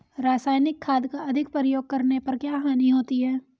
रासायनिक खाद का अधिक प्रयोग करने पर क्या हानि होती है?